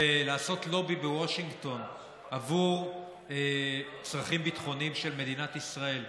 ולעשות לובי בוושינגטון עבור צרכים ביטחוניים של מדינת ישראל,